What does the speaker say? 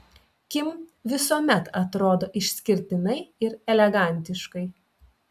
kim visuomet atrodo išskirtinai ir elegantiškai